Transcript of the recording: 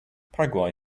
paraguay